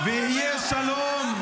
-- ויהיה שלום,